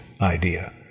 idea